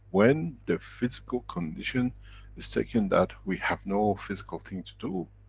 when the physical condition is taken that, we have no physical thing to do,